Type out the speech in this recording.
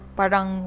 parang